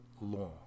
law